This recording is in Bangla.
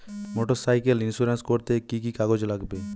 মোটরসাইকেল ইন্সুরেন্স করতে কি কি কাগজ লাগবে?